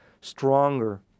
stronger